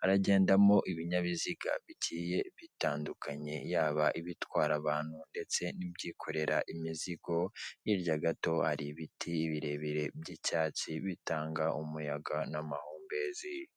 haragendamo ibinyabiziga bigiye bitandukanye yaba ibitwara abantu ndetse n'ibyikorera imizigo, hirya gato ari ibiti birebire by'icyatsi bitanga umuyaga n'amahumbezi.